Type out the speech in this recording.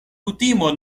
kutimo